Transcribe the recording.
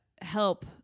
help